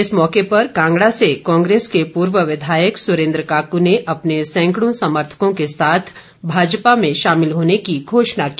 इस मौके पर कांगड़ा से कांग्रेस के पूर्व विधायक सुरेन्द्र काकू ने अपने सैंकड़ों समर्थकों के साथ भाजपा में शामिल होने की घोषणा की